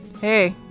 Hey